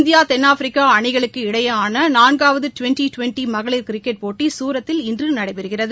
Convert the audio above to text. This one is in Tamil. இந்தியா தென்னாப்பிரிக்கா அணிகளுக்கு இடையேயான நான்காவது டுவெண்டி டுவெண்டி மகளிர் கிரிக்கெட் போட்டி சூரத்தில் இன்று நடைபெறுகிறது